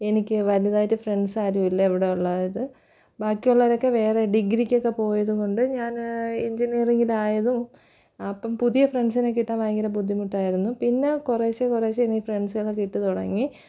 എനിക്ക് വലുതായിട്ട് ഫ്രണ്ട്സാരുമില്ല ഇവിടെ ഉള്ളവര് ബാക്കി ഉള്ളവരൊക്കെ വേറെ ഡിഗ്രിക്കൊക്കെ പോയതുകൊണ്ട് ഞാന് എഞ്ചിനീയറിംഗിലായതും അപ്പോള് പുതിയ ഫ്രണ്ട്സിനെ കിട്ടാൻ ഭയങ്കര ബുദ്ധിമുട്ടായിരുന്നു പിന്നെ കുറേശ്ശെ കുറേശ്ശെ എനിക്ക് ഫ്രണ്ട്സുകളെ കിട്ടിത്തുടങ്ങി